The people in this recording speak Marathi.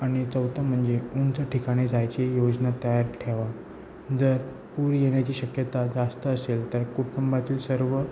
आणि चौथा म्हणजे उंच ठिकाणी जायची योजना तयार ठेवा जर पूर येण्याची शक्यता जास्त असेल तर कुटुंबातील सर्व